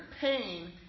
pain